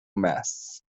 masts